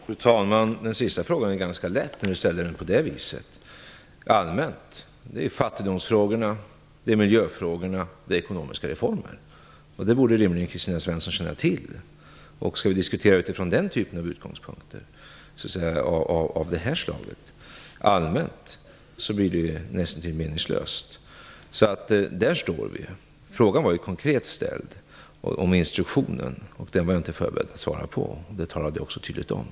Fru talman! Den sista frågan är ganska lätt att svara på när den ställs på det viset - allmänt. Det är fattigdomsfrågorna, miljöfrågorna och ekonomiska reformer. Det borde Kristina Svensson rimligen känna till. Skall vi diskutera från den typen av allmänna utgångspunkter blir det nästintill meningslöst. Där står vi. Frågan var konkret ställd och gällde instruktionen, och den var jag inte förberedd för att svara på. Det talade jag också tydligt om.